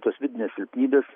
tos vidinės silpnybės